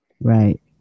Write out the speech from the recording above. Right